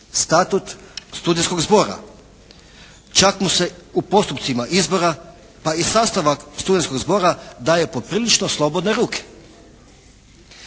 Statut studentskog zbora. Čak mu se u postupcima izbora pa i sastavak studentskog zbora daje poprilično slobodne ruke.